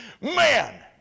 man